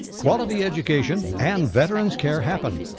quality education and veterans care happen.